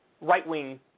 right-wing